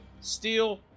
steel